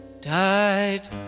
died